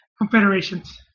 confederations